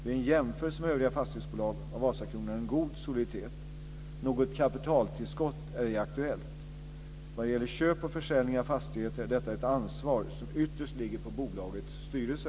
Vid en jämförelse med övriga fastighetsbolag har Vasakronan en god soliditet. Något kapitaltillskott är ej aktuellt. Vad gäller köp och försäljningar av fastigheter är detta ett ansvar som ytterst ligger på bolagets styrelse.